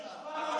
מופע,